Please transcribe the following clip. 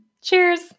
Cheers